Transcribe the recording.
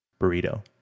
burrito